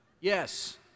Yes